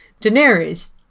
Daenerys